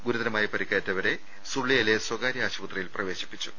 ഗുരു തരമായി പരിക്കേറ്റവരെ സുള്ള്യായിലെ സ്വകാരൃ ആശുപത്രിയിൽ പ്രവേ ശിപ്പിച്ചു